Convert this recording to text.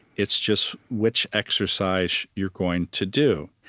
it's just which exercise you're going to do.